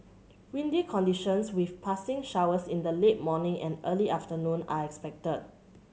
windy conditions with passing showers in the late morning and early afternoon are expected